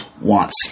wants